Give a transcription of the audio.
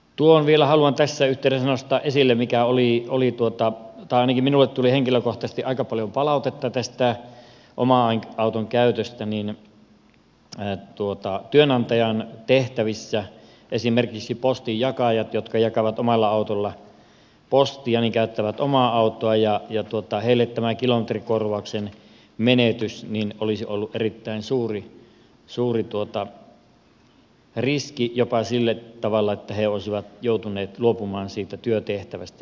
tuohon vielä haluan tässä yhteydessä nostaa esille mikä oli oli tuottaa tai ainakin minulle tuli henkilökohtaisesti aika paljon palautetta tästä oman auton käytöstä että työnantajan tehtävissä esimerkiksi postinjakajat jotka jakavat omalla autollaan postia käyttävät omaa autoa ja heille tämä kilometrikorvauksen menetys olisi ollut erittäin suuri riski jopa sillä tavalla että he olisivat joutuneet luopumaan siitä työtehtävästä